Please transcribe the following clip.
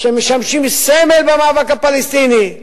שמשמשים סמל במאבק הפלסטיני,